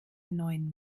neuen